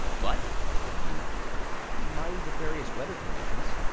but if you mind the various weather conditions,